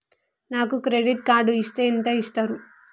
నాకు credit card ఇస్తే ఎంత ఇస్తరు?